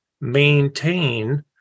maintain